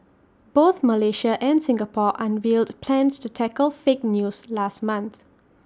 both Malaysia and Singapore unveiled plans to tackle fake news last month